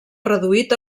reduït